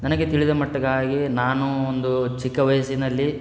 ನನಗೆ ತಿಳಿದ ಮಟ್ಟಿಗಾಗಿ ನಾನು ಒಂದು ಚಿಕ್ಕ ವಯಸ್ಸಿನಲ್ಲಿ